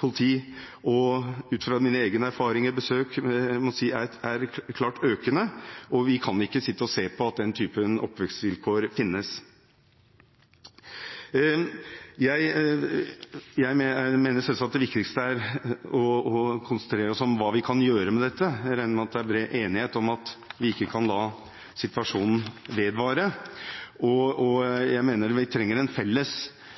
og jeg – ut fra mine egne erfaringer og besøk – må si er klart økende. Vi kan ikke sitte og se på at den typen oppvekstsvilkår finnes. Jeg mener selvsagt det viktigste er å konsentrere seg om hva vi kan gjøre med dette. Jeg regner med at det er bred enighet om at vi ikke kan la situasjonen vedvare. Jeg mener vi trenger en felles